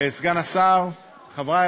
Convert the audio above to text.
סגן השר, חברי